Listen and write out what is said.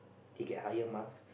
he get higher marks